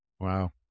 Wow